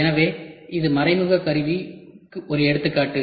எனவே இது மறைமுக கருவிக்கு ஒரு எடுத்துக்காட்டு